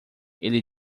ele